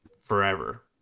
forever